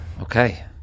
Okay